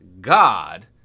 God